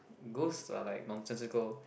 ghosts are like nonsensical